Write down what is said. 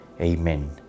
Amen